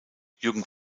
jürgen